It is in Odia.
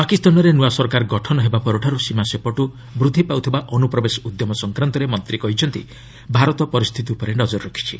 ପାକିସ୍ତାନରେ ନ୍ତଆ ସରକାର ଗଠନ ହେବା ପରଠାରୁ ସୀମା ସେପଟୁ ବୃଦ୍ଧି ପାଉଥିବା ଅନୁପ୍ରବେଶ ଉଦ୍ୟମ ସଂକ୍ରାନ୍ତରେ ମନ୍ତ୍ରୀ କହିଛନ୍ତି ଭାରତ ପରିସ୍ଥିତି ଉପରେ ନଜର ରଖିଛି